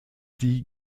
die